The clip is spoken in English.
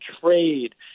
trade